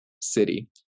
city